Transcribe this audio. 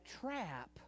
trap